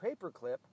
Paperclip